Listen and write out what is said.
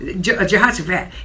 Jehoshaphat